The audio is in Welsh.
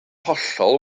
hollol